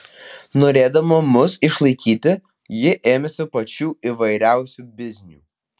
norėdama mus išlaikyti ji ėmėsi pačių įvairiausių biznių